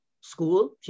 school